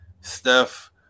Steph